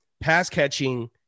pass-catching